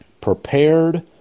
prepared